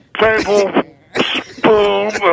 tablespoon